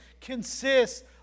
consists